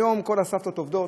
היום כל הסבתות עובדות,